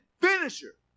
finisher